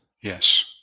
Yes